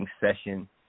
session